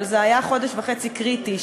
אבל זה היה חודש וחצי קריטי,